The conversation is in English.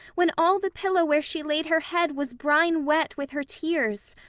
when all the pillow where she laid her head was brine-wet with her tears.